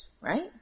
right